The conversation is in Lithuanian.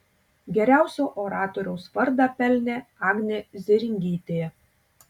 geriausio oratoriaus vardą pelnė agnė zėringytė